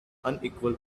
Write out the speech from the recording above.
unequal